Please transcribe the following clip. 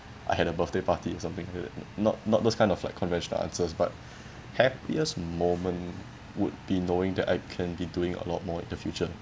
I had a birthday party or something that not not those kind of like conventional answers but happiest moment would be knowing that I can be doing a lot more in the future